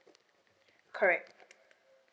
correct